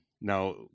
Now